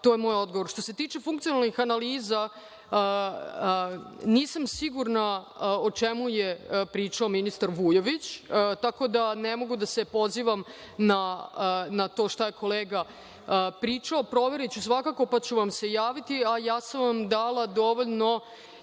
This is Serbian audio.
to je moj odgovor. Što se tiče funkcionalnih analiza, nisam sigurna o čemu je pričao ministar Vujović, tako da ne mogu da se pozivam na to šta je kolega pričao. Proveriću svakako, pa ću vam se javiti. Ja sam vam dala dovoljno